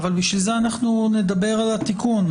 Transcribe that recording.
בשביל זה נדבר על התיקון.